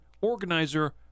organizer